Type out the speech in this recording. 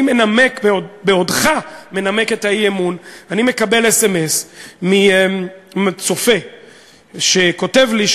בעודך מנמק את האי-אמון אני מקבל סמ"ס מצופה שכותב לי,